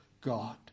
God